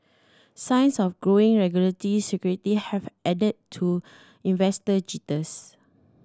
signs of growing regulatory scrutiny have added to investor jitters